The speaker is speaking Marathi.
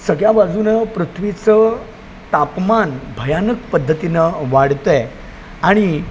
सगळ्या बाजूनं पृथ्वीचं तापमान भयानक पद्धतीनं वाढत आहे आणि